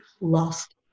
lost